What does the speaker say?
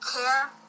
care